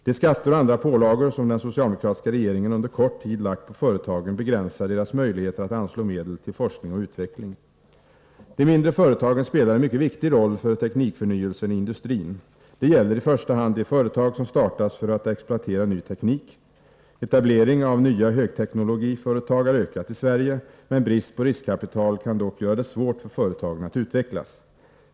De skatter och andra pålagor som den socialdemokratiska regeringen under kort tid lagt på företagen begränsar deras möjligheter att anslå medel till forskning och utveckling. De mindre företagen spelar en mycket viktig roll för teknikförnyelsen i industrin. Detta gäller i första hand de företag som startas för att exploatera ny teknik. Etablering av nya högteknologiföretag har ökat i Sverige, men brist på riskkapital kan dock göra det svårt för företagen att utvecklas.